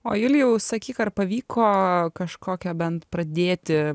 o julijau sakyk ar pavyko kažkokią bent pradėti